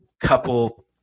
couple